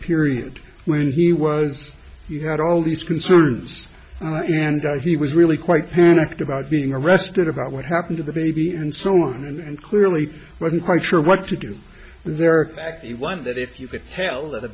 period when he was you had all these concerts and he was really quite panicked about being arrested about what happened to the baby and so on and clearly wasn't quite sure what to do their act the one that if you could tell